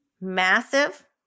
massive